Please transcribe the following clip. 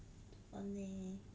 on leh